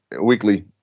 weekly